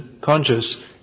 conscious